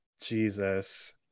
Jesus